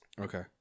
Okay